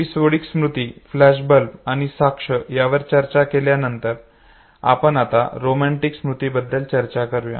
episodic स्मृती flashbulb आणि साक्ष यावर चर्चा केल्यानंतर आपण आता सिमेंटिक स्मृती बद्दल चर्चा करू